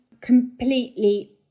completely